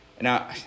now